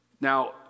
Now